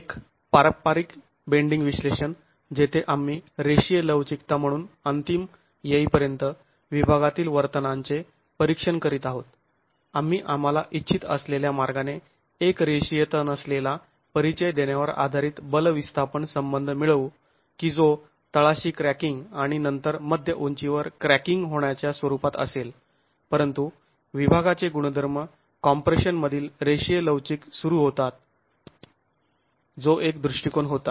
एक पारंपारिक बेंडींग विश्लेषण जेथे आम्ही रेषीय लवचिकता म्हणून अंतिम येईपर्यंत विभागातील वर्तनांचे परीक्षण करीत आहोत आम्ही आंम्हाला इच्छित असलेल्या मार्गाने एकरेषीयता नसलेला परिचय देण्यावर आधारित बल विस्थापन संबंध मिळवू की जो तळाशी क्रॅकिंग आणि नंतर मध्य उंचीवर क्रॅकिंग होण्याच्या स्वरूपात असेल परंतु विभागाचे गुणधर्म कॉम्प्रेशन मधील रेषीय लवचिक सुरू राहतात जो एक दृष्टिकोन होता